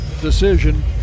decision